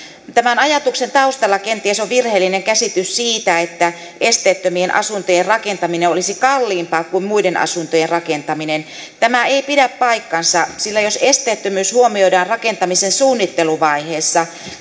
tämän ajatuksen taustalla kenties on virheellinen käsitys siitä että esteettömien asuntojen rakentaminen olisi kalliimpaa kuin muiden asuntojen rakentaminen tämä ei pidä paikkaansa sillä jos esteettömyys huomioidaan rakentamisen suunnitteluvaiheessa